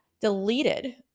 deleted